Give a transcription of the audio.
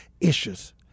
issues